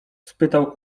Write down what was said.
spytał